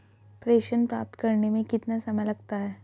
प्रेषण प्राप्त करने में कितना समय लगता है?